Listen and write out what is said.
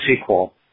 sequel